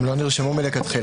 הם לא נרשמו מלכתחילה.